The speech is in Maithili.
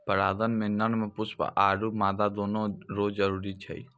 परागण मे नर पुष्प आरु मादा दोनो रो जरुरी छै